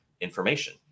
information